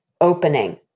opening